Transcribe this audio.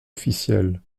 officiel